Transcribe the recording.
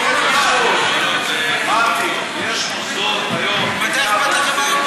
טובה, אמרתי: יש מוסדות היום, ממתי אכפת לכם מה